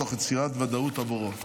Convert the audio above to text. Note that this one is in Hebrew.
תוך יצירת ודאות עבורו.